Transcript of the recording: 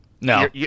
no